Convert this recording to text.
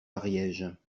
ariège